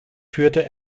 führte